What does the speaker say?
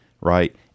right